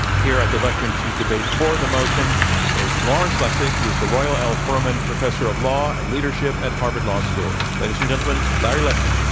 here at the lectern to debate for the motion is lawrence lessig. he is the roy l. furman professor of law and leadership at harvard law school. ladies and gentlemen, larry lessig.